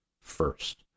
first